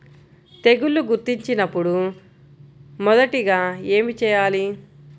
తెగుళ్లు గుర్తించినపుడు మొదటిగా ఏమి చేయాలి?